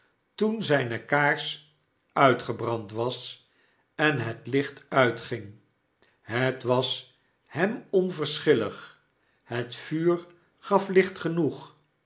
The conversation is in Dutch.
toen zijne kaars uitgebrand was en het licht uitging het was hem onverschillig het vuur gaf licht genoeg